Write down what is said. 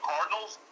Cardinals